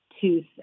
tooth